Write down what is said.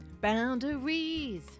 Boundaries